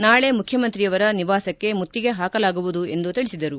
ನಾಳೆ ಮುಖ್ಯಮಂತ್ರಿಯವರ ನಿವಾಸಕ್ಕೆ ಮುತ್ತಿಗೆ ಹಾಕಲಾಗುವುದು ಎಂದು ತಿಳಿಸಿದರು